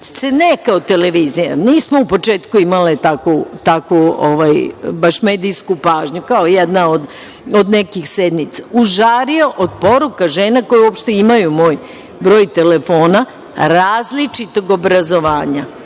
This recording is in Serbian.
se neka od televizija, nismo u početku imale baš takvu medijsku pažnju kao jedna od nekih sednica, užario od poruka žena koje uopšte imaju moj broj telefona, različitog obrazovanja,